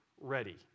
ready